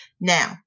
Now